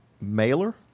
mailer